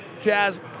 Jazz